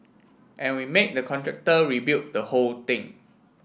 and we made the contractor rebuild the whole thing